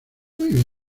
muy